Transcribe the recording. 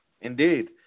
indeed